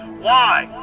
why?